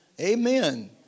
Amen